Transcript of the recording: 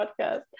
podcast